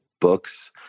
books